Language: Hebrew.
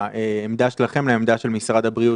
העמדה שלכם לעמדה של משרד הבריאות.